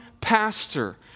pastor